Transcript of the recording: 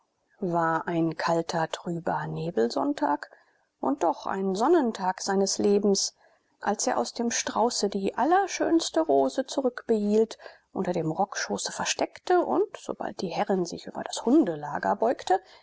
war ein kalter trüber nebelsonntag und doch ein sonnentag seines lebens als er aus dem strauße die allerschönste rose zurückbehielt unter dem rockschoße versteckte und sobald die herrin sich über das hundelager beugte